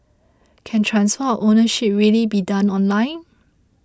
can transfer of ownership really be done online